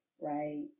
right